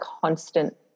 constant